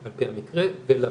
על פי המקרה, ולמשרד.